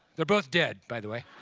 they're both dead, by the way.